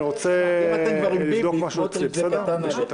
אני רוצה לבדוק משהו אצלי, בסדר?